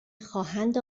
خواهند